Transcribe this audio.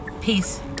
peace